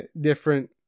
different